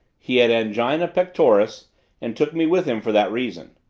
he had angina pectoris and took me with him for that reason.